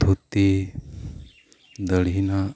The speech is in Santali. ᱫᱷᱩᱛᱤ ᱫᱟᱹᱲᱦᱤᱱᱟᱜ